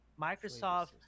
microsoft